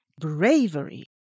bravery